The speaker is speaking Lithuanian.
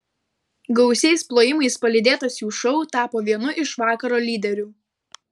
gausiais plojimai palydėtas jų šou tapo vienu iš vakaro lyderių